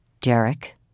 Derek